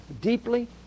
deeply